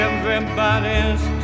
Everybody's